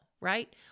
right